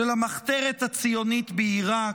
של המחתרת הציונית בעיראק: